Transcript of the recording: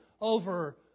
over